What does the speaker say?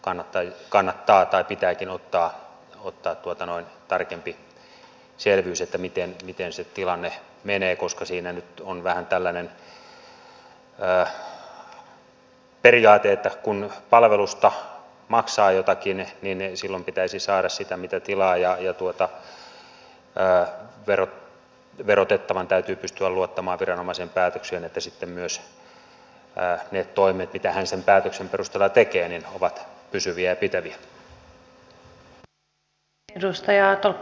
anna toikkanen tahtoi asia josta kannattaa tai pitääkin ottaa tarkempi selvyys miten se tilanne menee koska siinä nyt on vähän tällainen periaate että kun palvelusta maksaa jotakin niin silloin pitäisi saada sitä mitä tilaa ja verotettavan täytyy pystyä luottamaan viranomaisen päätöksiin että sitten myös ne toimet mitä hän sen päätöksen perusteella tekee ovat pysyviä ja pitäviä